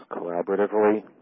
collaboratively